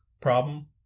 problem